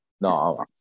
No